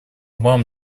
вам